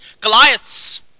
Goliath's